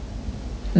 no I'm not